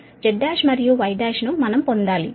కాబట్టి Z1 మరియు Y1ను మనం పొందాలి